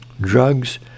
drugs